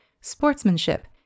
sportsmanship